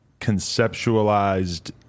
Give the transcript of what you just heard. conceptualized